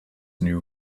new